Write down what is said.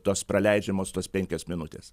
tos praleidžiamos tos penkios minutės